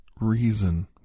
reason